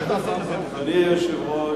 אדוני היושב-ראש,